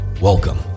welcome